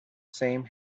same